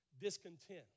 discontent